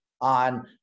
on